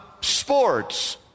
sports